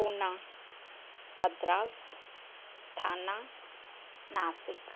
Poona Madras Thana Nashik